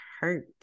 hurt